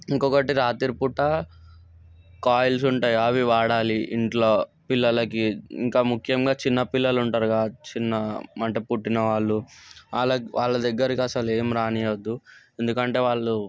ఇంకొకటి రాత్రిపూట కాయిల్స్ ఉంటాయి అవి వాడాలి ఇంట్లో పిల్లలకి ఇంకా ముఖ్యంగా చిన్నపిల్లలు ఉంటారుగా చిన్న మంట పుట్టిన వాళ్ళు వాళ్ళ వాళ్ళ దగ్గరకి అసలేం రానియ్యద్దు ఎందుకంటే వాళ్ళు